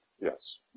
Yes